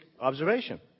observation